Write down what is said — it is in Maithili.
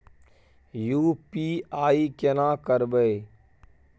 यु.पी.आई केना करबे?